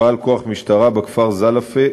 פעל כוח משטרה בכפר זלפה,